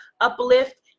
uplift